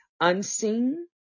unseen